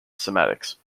semantics